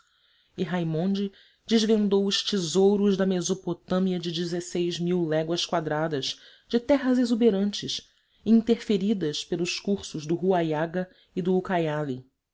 e raimondi desvendou os tesouros da mesopotâmia de léguas quadradas de terras exuberantes interferidas pelos cursos do huallaga e do ucaiali